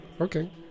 Okay